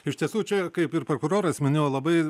iš tiesų čia ir kaip ir prokuroras minėjo labai